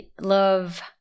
love